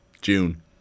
June